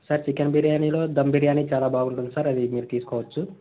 sir chicken బిర్యానీలో ధమ్ బిర్యానీ చాలా బాగుంటుంది సార్ అది మీరు తీసుకోవచ్చు